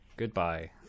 goodbye